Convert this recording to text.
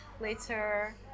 later